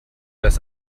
das